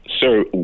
sir